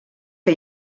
que